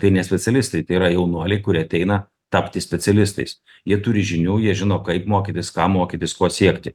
tai ne specialistai tai yra jaunuoliai kurie ateina tapti specialistais jie turi žinių jie žino kaip mokytis ką mokytis ko siekti